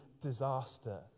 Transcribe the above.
disaster